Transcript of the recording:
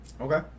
Okay